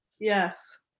Yes